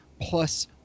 Plus